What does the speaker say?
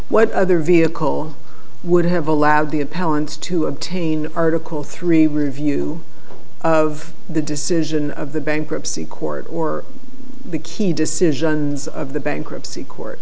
what other vehicle would have allowed the appellant's to obtain article three review of the decision of the bankruptcy court or the key decisions of the bankruptcy court